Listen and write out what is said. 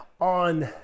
on